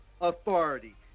Authority